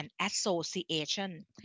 association